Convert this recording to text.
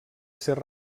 ser